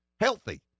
healthy